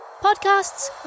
podcasts